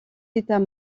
états